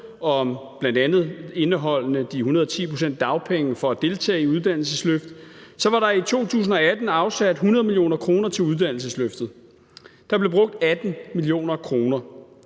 der bl.a. indeholder de 110 pct. af dagpengene for at deltage i uddannelsesløft, var der i 2018 afsat 100 mio. kr. til uddannelsesløftet. Der blev brugt 18 mio. kr.,